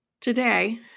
Today